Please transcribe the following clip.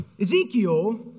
Ezekiel